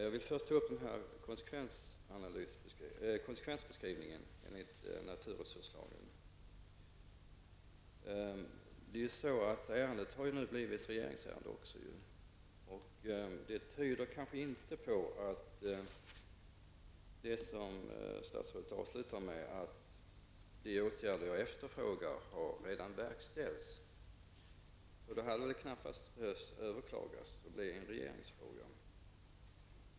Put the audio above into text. Jag vill först ta upp frågan om konskevensbeskrivningen enligt naturresurslagen. Ärendet har blivit ett regeringsärende. Det tyder på att det inte är så som statsrådet avslutar sitt svar med, nämligen: ''De åtgärder Kaj Nilsson efterfrågar har således redan verkställts.'' Då hade ärendet knappast överklagats och blivit en regeringsfråga.